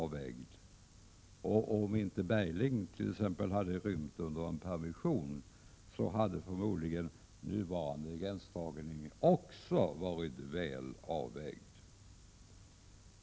Om inte Stig Bergling t.ex. hade rymt under en permission, hade förmodligen nuvarande gränsdragning ansetts vara väl avvägd.